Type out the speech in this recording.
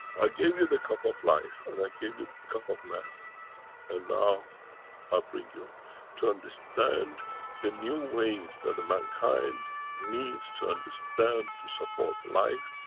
i gave you the cup of life and i gave you the cup of man and now i bring you to understand the new ways that the mankind needs to understand to support life.